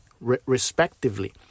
respectively